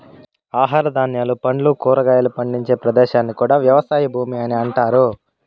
ఆహార ధాన్యాలు, పండ్లు, కూరగాయలు పండించే ప్రదేశాన్ని కూడా వ్యవసాయ భూమి అని అంటారు